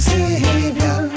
Savior